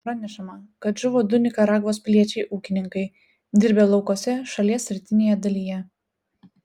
pranešama kad žuvo du nikaragvos piliečiai ūkininkai dirbę laukuose šalies rytinėje dalyje